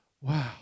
wow